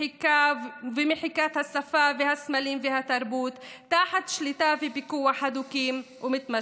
מחיקה ומחיקת השפה והסמלים והתרבות תחת שליטה ופיקוח הדוקים ומתמשכים.